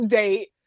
date